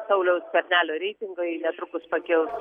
sauliaus skvernelio reitingai netrukus pakils